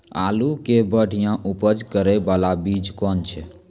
आलू के बढ़िया उपज करे बाला बीज कौन छ?